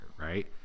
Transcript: right